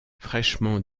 fraîchement